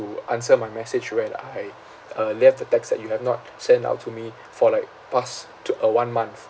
to answer my message when I uh left the text that you have not sent out to me for like past to uh one month